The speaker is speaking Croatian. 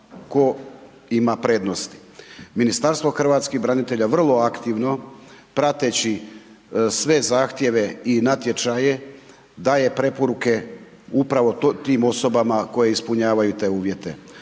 tko ima prednost. Ministarstvo hrvatskih branitelja vrlo aktivno, prateći sve zahtjeve i natječaje daje preporuke upravo tim osobama koje ispunjavaju te uvjete.